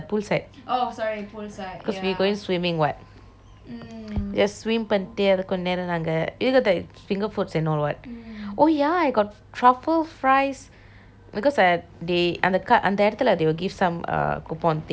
cause we going swimming what just swim பண்ணித்து கொஞ்ச நேரம் நான்க:pannithu konje neram naange got the finger foods and all [what] oh ya I got truffle fries because I they அந்த:anthe card அந்த இடத்துல:anthe idethuleh they will give some uh coupon thing like how much you spend